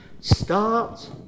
start